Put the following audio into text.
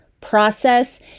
process